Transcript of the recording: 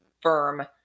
firm